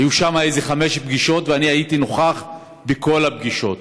היו שם חמש פגישות, ואני הייתי נוכח בכל הפגישות,